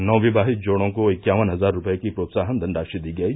नवविवाहित जोड़ों को इंक्यावन हजार रुपये की प्रोत्साहन धनराशि दी गयी